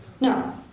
No